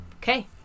Okay